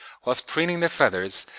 whilst preening their feathers,